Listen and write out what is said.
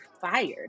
fired